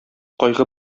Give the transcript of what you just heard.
кайгы